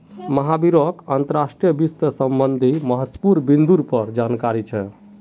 महावीरक अंतर्राष्ट्रीय वित्त से संबंधित महत्वपूर्ण बिन्दुर पर जानकारी छे